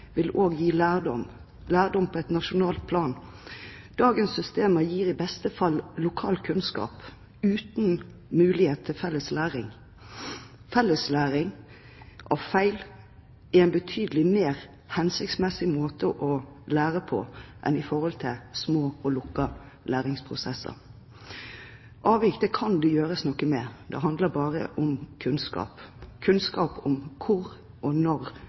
vil også gi lærdom på nasjonalt plan. Dagens systemer gir i beste fall lokal kunnskap, uten mulighet til felles læring. Felles læring av feil er en betydelig mer hensiktsmessig måte å lære på enn små, lukkede læringsprosesser. Avvik kan det gjøres noe med. Det handler bare om kunnskap, kunnskap om hvor og når